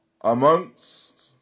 amongst